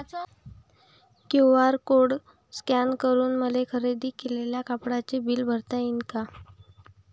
QR code scan करून मले खरेदी केलेल्या कापडाचे बिल भरता यीन का?